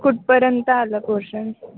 कुठपर्यंत आलं पोर्शन